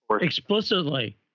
Explicitly